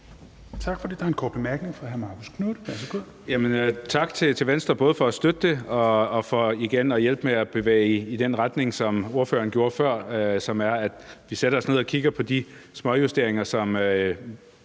Tak for det. Der er en kort bemærkning fra hr. Marcus Knuth. Værsgo. Kl. 16:26 Marcus Knuth (KF): Tak til Venstre både for at støtte forslaget og for igen at hjælpe med at bevæge i den retning, som ordføreren gjorde før, som er, at vi sætter os ned og kigger på de småjusteringer, som